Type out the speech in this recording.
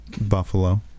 Buffalo